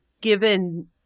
given